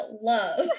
love